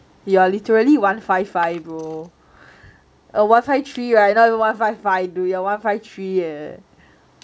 you are literally one five five bro uh one five three [right] not even one five five dude you are one five three eh